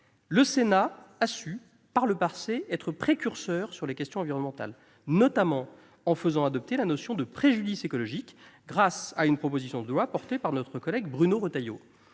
Le Sénat a su, par le passé, être précurseur sur les questions environnementales, notamment en faisant adopter la notion de « préjudice écologique » grâce à une proposition de loi déposée par notre collègue Bruno Retailleau.